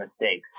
mistakes